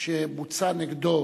שבוצע נגדו